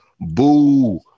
boo